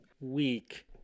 week